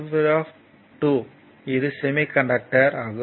4 102 இது சேமிகண்டக்டர் ஆகும்